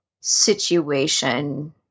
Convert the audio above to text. Situation